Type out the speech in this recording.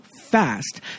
fast